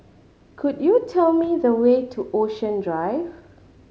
could you tell me the way to Ocean Drive